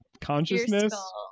consciousness